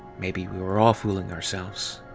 maybe we were all fooling ourselves.